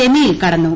സെമിയിൽ കടന്നു